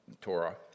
Torah